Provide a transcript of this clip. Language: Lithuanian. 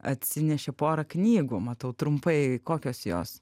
atsinešė porą knygų matau trumpai kokios jos